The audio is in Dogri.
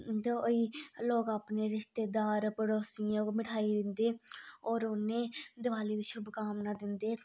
ठंड होई लोग आपने रिश्तेदार पड़ोसिये मिठाई दिंदे होर उनें दीवाली दी शुभकामना दिंदे